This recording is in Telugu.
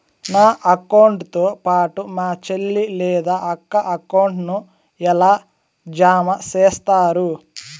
నా అకౌంట్ తో పాటు మా చెల్లి లేదా అక్క అకౌంట్ ను ఎలా జామ సేస్తారు?